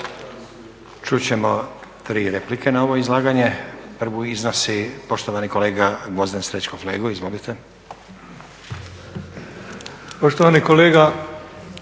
Čut ćemo tri replike na ovo izlaganje. Prvu iznosi poštovani kolega Gvozden Srećko Flego, izvolite.